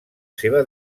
seva